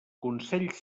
consells